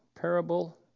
parable